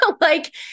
like-